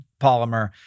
polymer